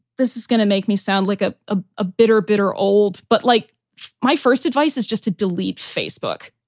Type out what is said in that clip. this is going to make me sound like a ah ah bitter, bitter old. but like my first advice is just to delete facebook,